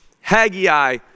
Haggai